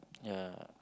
ya